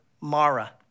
Mara